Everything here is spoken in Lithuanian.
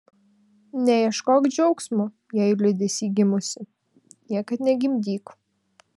neieškok džiaugsmo jei liūdesy gimusi niekad negimdyk